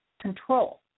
control